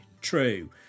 true